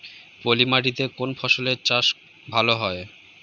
পলি মাটিতে কোন ফসলের চাষ ভালো হয়?